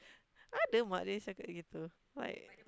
ada mak dia cakap begitu like